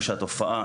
ושהתופעה,